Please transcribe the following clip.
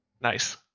Nice